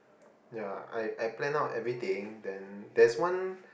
yeah I I plan out everything then there's one